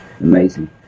amazing